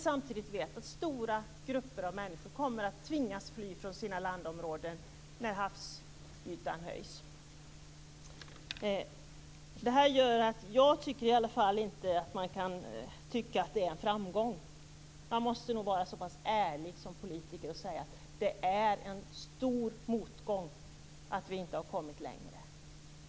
Samtidigt vet vi att stora grupper av människor kommer att tvingas fly från sina landområden när havsytan stiger. Detta gör att åtminstone jag inte tycker att det hela är en framgång. Man måste nog vara så pass ärlig som politiker att man kan säga: Det är en stor motgång att vi inte har kommit längre.